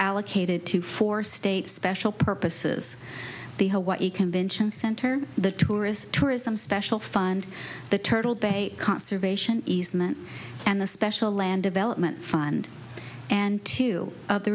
allocated to four states special purposes the hawaii convention center the tourist tourism special fund the turtle bay conservation easement and the special land development fund and to the